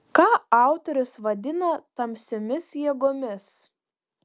ką autorius vadina tamsiomis jėgomis